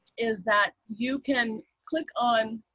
is that you can click on